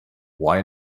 why